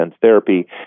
therapy